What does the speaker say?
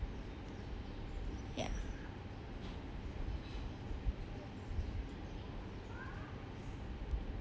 ya